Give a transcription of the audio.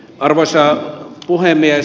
arvoisa puhemies